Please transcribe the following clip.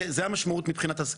זה המשמעות של זה.